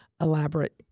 elaborate